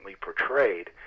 portrayed